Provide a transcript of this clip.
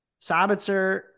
Sabitzer